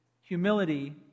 humility